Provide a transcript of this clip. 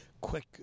quick